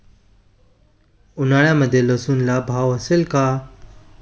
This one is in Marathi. उन्हाळ्यामध्ये लसूणला भाव असेल का?